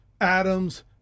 Adams